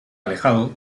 alejado